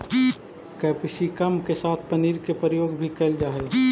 capsicum के साथ पनीर के प्रयोग भी कैल जा हइ